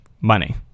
money